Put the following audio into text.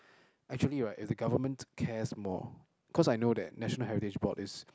actually right if the government cares more cause I know that national heritage board is